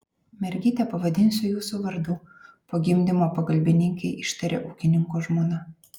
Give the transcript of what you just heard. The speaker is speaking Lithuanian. mergytę pavadinsiu jūsų vardu po gimdymo pagalbininkei ištarė ūkininko žmona